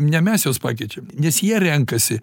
ne mes juos pakeičiam nes jie renkasi